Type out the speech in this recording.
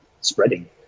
spreading